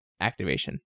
activation